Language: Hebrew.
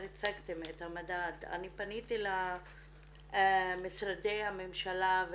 הצגתם את המדד אני פניתי למשרדי הממשלה,